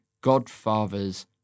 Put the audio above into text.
godfathers